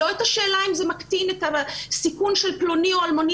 לא את השאלה אם זה מקטין את הסיכון של פלוני או אלמוני